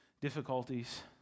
difficulties